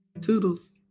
Toodles